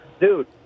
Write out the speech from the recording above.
dude